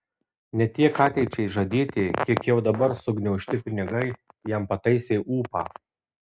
ne tiek ateičiai žadėti kiek jau dabar sugniaužti pinigai jam pataisė ūpą